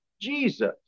Jesus